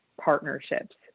partnerships